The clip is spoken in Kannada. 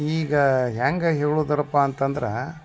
ಈಗ ಹ್ಯಾಂಗೆ ಹೇಳುದಪ್ಪ ಅಂತಂದ್ರೆ